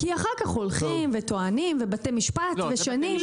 כי אחר כך הולכים וטוענים ובתי משפט ושנים.